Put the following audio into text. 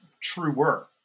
truer